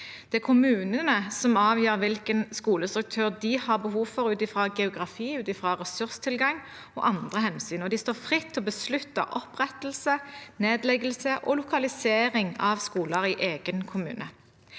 Det er kommunene som avgjør hvilken skolestruktur de har behov for, ut fra geografi, ressurstilgang og andre hensyn, og de står fritt til å beslutte opprettelse, nedleggelse og lokalisering av skoler i egen kommune.